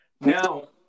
Now